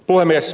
puhemies